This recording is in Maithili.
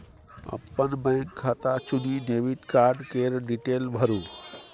अपन बैंक खाता चुनि डेबिट कार्ड केर डिटेल भरु